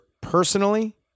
personally